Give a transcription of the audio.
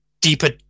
deeper